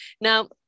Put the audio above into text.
Now